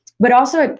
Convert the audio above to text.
but also,